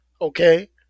okay